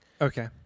Okay